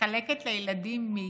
ומחלקת לילדים מיץ,